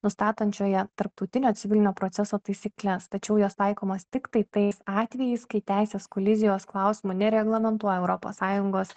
nustatančioje tarptautinio civilinio proceso taisykles tačiau jos taikomos tiktai tais atvejais kai teisės kolizijos klausimo nereglamentuoja europos sąjungos